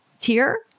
tier